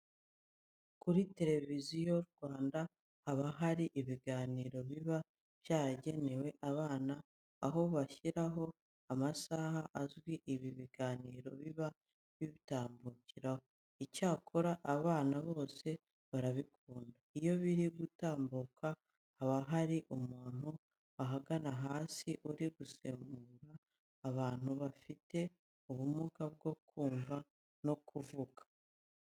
Kuri Televiziyo Rwanda haba hari ibiganiro biba byaragenewe abana, aho bashyiraho amasaha azwi ibi biganiro biba bitambukiraho. Icyakora abana bose barabikunda. Iyo biri gutambuka haba hari umuntu ahagana hasi uri gusemurira abantu bafite ubumuga bwo kumva no kuvuga.